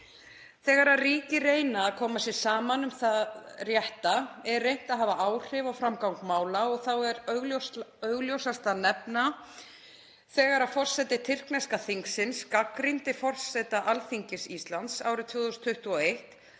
Þegar ríki reyna að koma sér saman um það rétta er reynt að hafa áhrif á framgang mála og þá er augljósast að nefna þegar forseti tyrkneska þingsins gagnrýndi forseta Alþingis Íslands árið 2021